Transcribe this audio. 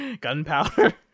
gunpowder